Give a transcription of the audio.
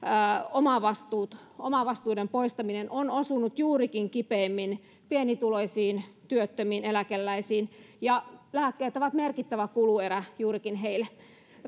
omavastuiden omavastuiden poistaminen on osunut kipeimmin juurikin pienituloisiin työttömiin eläkeläisiin lääkkeet ovat merkittävä kuluerä juurikin heille